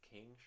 King